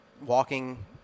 walking